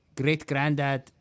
great-granddad